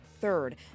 Third